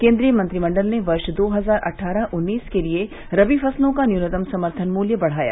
केन्द्रीय मंत्रिमंडल ने वर्ष दो हजार अट्ठारह उन्नीस के लिए रबी फसलों का न्यूनतम समर्थन मूल्य बढ़ाया